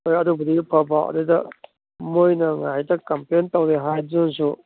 ꯍꯣꯏ ꯑꯗꯨꯕꯨꯗꯤ ꯐꯕ ꯑꯗꯨꯗ ꯃꯣꯏꯅ ꯉꯥꯏꯇ ꯀꯝꯄ꯭ꯂꯦꯟ ꯇꯧꯔꯦ ꯍꯥꯏꯗꯨꯅꯖꯨ